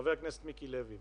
חבר הכנסת לוי,